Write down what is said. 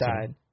died